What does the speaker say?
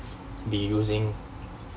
be using